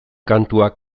kantua